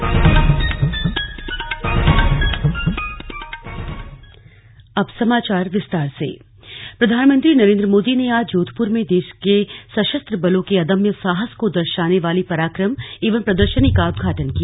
slug PM Modi Jodhpur प्रधानमंत्री नरेन्द्र मोदी ने आज जोधपुर में देश के सशस्त्र बलों के अदम्य साहस को दर्शाने वाली पराक्रम पर्व प्रदर्शनी का उद्घाटन किया